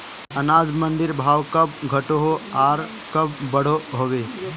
अनाज मंडीर भाव कब घटोहो आर कब बढ़ो होबे?